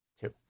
Two